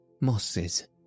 mosses